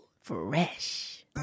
Fresh